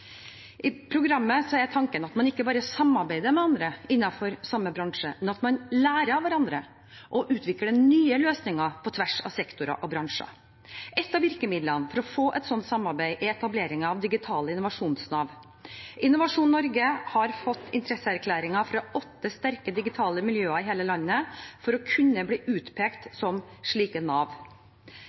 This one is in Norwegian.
I programmet er tanken at man ikke bare samarbeider med andre innenfor samme bransje, men at man lærer av hverandre og utvikler nye løsninger på tvers av sektorer og bransjer. Et av virkemidlene for å få et slikt samarbeid er etableringen av digitale innovasjonsnav. Innovasjon Norge har fått interesseerklæringer fra åtte sterke digitale miljøer i hele landet for å kunne bli utpekt som slike nav.